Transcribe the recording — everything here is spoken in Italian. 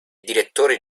direttore